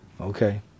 okay